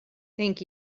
thank